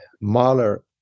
Mahler